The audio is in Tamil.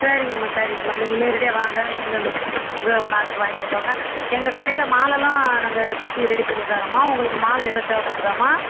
சரிங்கம்மா சரிங்கம்மா நீங்கள் நேரடியாக வாங்க எந்தெந்த பூ பிடிச்சிருக்கோ அதை பார்த்து வாங்கிட்டு போங்க எங்கள் கடையில் மாலையெலாம் நாங்கள் கட்டி ரெடி பண்ணித்தரோம்மா உங்களுக்கு மாலை எதாவது தேவைப்படுதாம்மா